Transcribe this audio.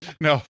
no